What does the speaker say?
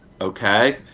Okay